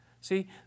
See